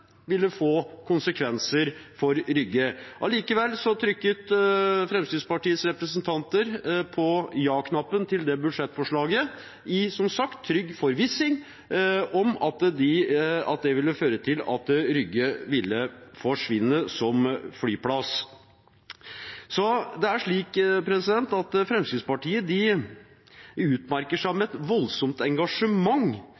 ville få konsekvenser for Rygge. Likevel trykket Fremskrittspartiets representanter på ja-knappen til det budsjettforslaget i – som sagt – trygg forvissning om at det ville føre til at Rygge ville forsvinne som flyplass. Fremskrittspartiet utmerker seg med et voldsomt engasjement når de er sikre på at de